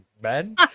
men